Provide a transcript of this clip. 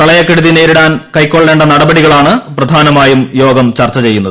പ്രളയക്കെടുതി നേരിടാൻ കൈക്കൊള്ളേണ്ട നടപടികളാണ് പ്രധാനമായും ചർച്ച ചെയ്യുന്നത്